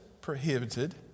prohibited